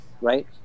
right